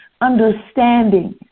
understanding